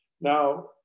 Now